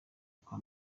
kwa